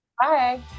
Bye